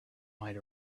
might